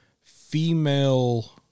female